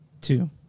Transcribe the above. Two